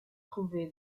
trouvé